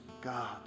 God